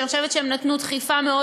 ואני חושבת שהם נתנו דחיפה מאוד